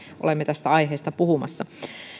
olemme tästä aiheesta puhumassa